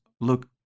look